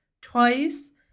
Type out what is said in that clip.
twice